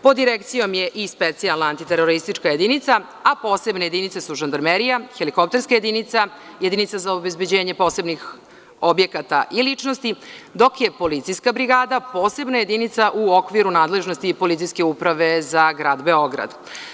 Pod direkcijom je i specijalna antiteroristička jedinica, a posebne jedinice su žandarmerija, helikopterska jedinica, jedinica za obezbeđenje posebnih objekata i ličnosti, dok je policijska brigada posebna jedinica u okviru nadležnosti policijske uprave za Grad Beograd.